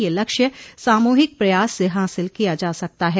यह लक्ष्य सामूहिक प्रयास से हासिल किया जा सकता है